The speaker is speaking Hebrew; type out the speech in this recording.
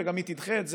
וגם היא תדחה את זה,